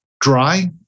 Dry